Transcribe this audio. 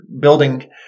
building